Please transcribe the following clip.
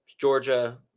Georgia